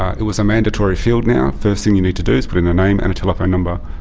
it was a mandatory field now. first thing you need to do is put in a name and a telephone number.